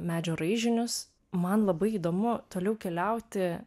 medžio raižinius man labai įdomu toliau keliauti